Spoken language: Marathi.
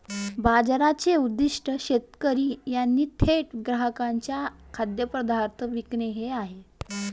बाजाराचे उद्दीष्ट शेतकरी यांनी थेट ग्राहकांना खाद्यपदार्थ विकणे हे आहे